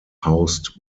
housed